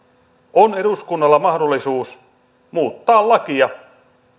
on eduskunnalla mahdollisuus muuttaa lakia